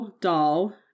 doll